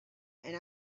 and